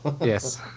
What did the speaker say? Yes